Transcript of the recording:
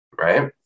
right